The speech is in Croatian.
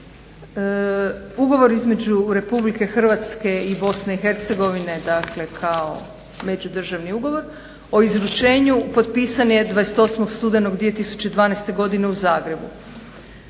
Ugovor između Republike Hrvatske i Bosne i Hercegovine dakle kao međudržavni ugovor o izručenju potpisan je 28.studenog 2012.godine u Zagrebu.